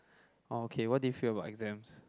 orh okay what do you feel about exams